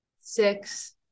six